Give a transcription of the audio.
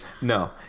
no